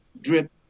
drip